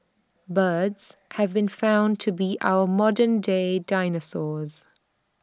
birds have been found to be our modern day dinosaurs